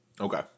Okay